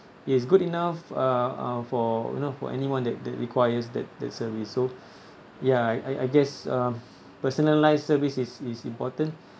it is good enough uh uh for you know for anyone that that requires that that service so ya I I guess personalised service is is important